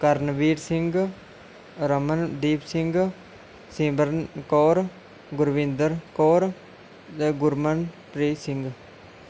Karanveer Singh Ramandeep Singh Simran Kaur Gurvinder Kaur Gurmanpreet Singh